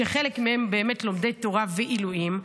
שחלק מהם באמת לומדי תורה ועילויים,